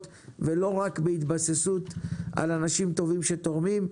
ולא רק בהתבססות על אנשים טובים שתורמים,